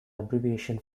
abbreviation